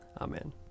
Amen